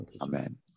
Amen